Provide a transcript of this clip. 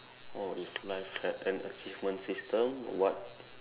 oh if life had an achievement system what